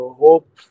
hope